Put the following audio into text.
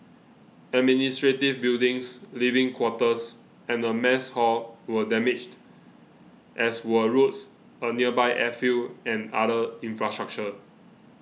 administrative buildings living quarters and a mess hall were damaged as were roads a nearby airfield and other infrastructure